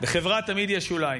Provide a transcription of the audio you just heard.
בחברה תמיד יש שוליים.